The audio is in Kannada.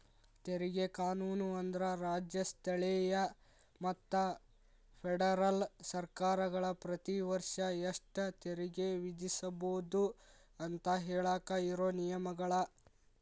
ತೆರಿಗೆ ಕಾನೂನು ಅಂದ್ರ ರಾಜ್ಯ ಸ್ಥಳೇಯ ಮತ್ತ ಫೆಡರಲ್ ಸರ್ಕಾರಗಳ ಪ್ರತಿ ವರ್ಷ ಎಷ್ಟ ತೆರಿಗೆ ವಿಧಿಸಬೋದು ಅಂತ ಹೇಳಾಕ ಇರೋ ನಿಯಮಗಳ